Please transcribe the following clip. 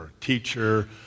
teacher